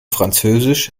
französisch